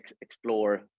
explore